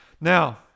Now